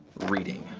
reading.